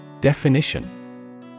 Definition